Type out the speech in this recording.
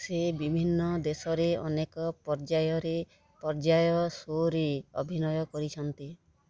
ସେ ବିଭିନ୍ନ ଦେଶରେ ଅନେକ ପର୍ଯ୍ୟାୟରେ ପର୍ଯ୍ୟାୟ ଶୋରେ ଅଭିନୟ କରିଛନ୍ତି